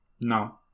No